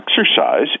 exercise